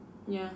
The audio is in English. ya